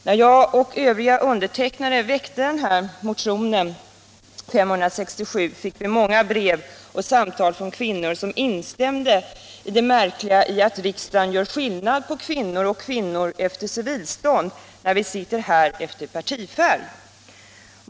När jag och övriga undertecknare väckte motionen 567 fick vi många brev och samtal från kvinnor som instämde i att det är märkligt att riksdagen gör skillnad på kvinnor och kvinnor efter civilstånd när vi sitter här efter partifärg.